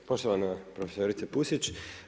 Poštovana profesorice Pusić.